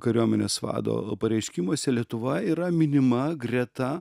kariuomenės vado pareiškimuose lietuva yra minima greta